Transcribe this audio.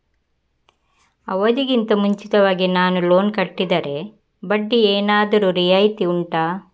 ಅವಧಿ ಗಿಂತ ಮುಂಚಿತವಾಗಿ ನಾನು ಲೋನ್ ಕಟ್ಟಿದರೆ ಬಡ್ಡಿ ಏನಾದರೂ ರಿಯಾಯಿತಿ ಉಂಟಾ